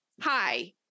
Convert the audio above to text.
hi